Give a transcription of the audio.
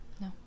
No